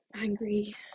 angry